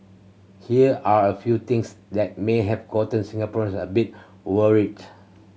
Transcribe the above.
here are a few things that may have gotten Singaporeans a bit worried